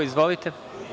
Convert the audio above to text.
Izvolite.